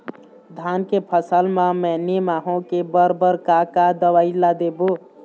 धान के फसल म मैनी माहो के बर बर का का दवई ला देबो?